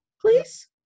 please